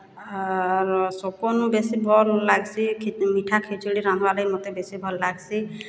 ଆର୍ ସବ୍କନୁ ବେଶି ଭଲ୍ ଲାଗ୍ସି ମିଠା ଖେଚ୍ଡ଼ି ରାନ୍ଧବାର୍ ଲାଗି ମତେ ବେଶୀ ଭଲ୍ ଲାଗ୍ସି